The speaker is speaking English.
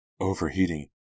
Overheating